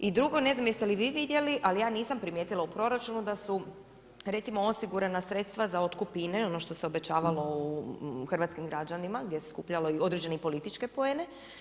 I drugo, ne znam jeste li vi vidjeli, ali ja nisam primijetila u proračunu da su recimo osigurana sredstva za otkup INA-e ono što se obećavalo hrvatskim građanima gdje se skupljalo i određene političke poene.